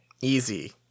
Easy